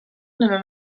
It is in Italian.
nella